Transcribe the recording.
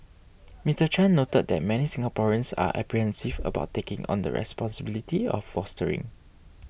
Mister Chan noted that many Singaporeans are apprehensive about taking on the responsibility of fostering